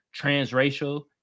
transracial